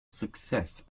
success